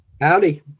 Howdy